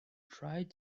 tried